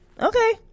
Okay